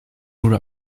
grew